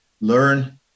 learn